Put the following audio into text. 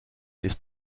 ist